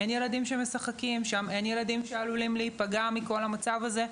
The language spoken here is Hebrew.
שם אין ילדים שמשחקים ועלולים להיפגע מכל המצב הזה?